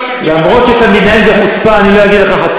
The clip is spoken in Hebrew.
איזה חוצפה יש לך.